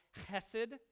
Chesed